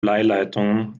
bleileitungen